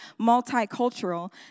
multicultural